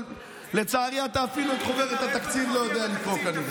אבל לצערי אפילו את חוברת התקציב אתה לא יודע לקרוא.